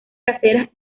caseras